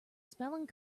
spelling